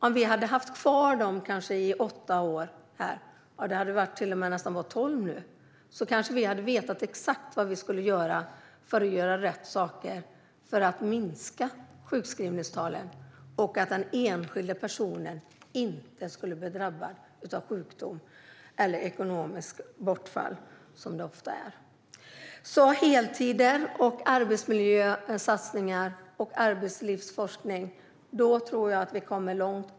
Om vi hade haft kvar den kunskapen i åtta år - nu hade det till och med varit i tolv år - kanske vi hade vetat exakt vad vi skulle göra för att göra rätt saker och minska sjukskrivningstalen. Den enskilde personen skulle kanske då inte ha blivit drabbad av sjukdom eller ekonomiskt bortfall. Med satsningar på heltid, arbetsmiljö och arbetslivsforskning kommer vi nog långt.